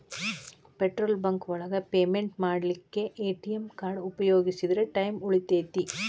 petrol bunk ಒಳಗ payment ಮಾಡ್ಲಿಕ್ಕೆ ATM card ಉಪಯೋಗಿಸಿದ್ರ ಟೈಮ್ ಉಳಿತೆತಿ